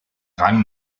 rang